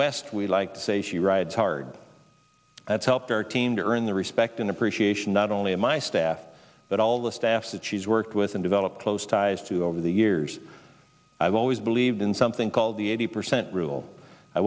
west we like to say she rides hard that's helped our team to earn the respect and appreciation not only of my staff but all the staff that she's worked with and develop close ties to over the years i've always believed in something called the eighty percent rule i